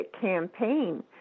campaign